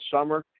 summer